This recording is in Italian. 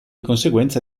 conseguenza